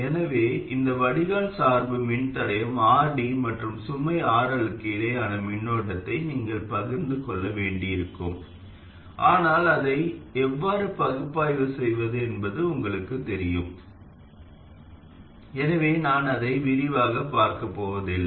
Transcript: எனவே இந்த வடிகால் சார்பு மின்தடையம் RD மற்றும் சுமை RL க்கு இடையேயான மின்னோட்டத்தை நீங்கள் பகிர்ந்து கொள்ள வேண்டியிருக்கும் ஆனால் அதை எவ்வாறு பகுப்பாய்வு செய்வது என்பது உங்களுக்குத் தெரியும் எனவே நான் அதை விரிவாகப் பார்க்கப் போவதில்லை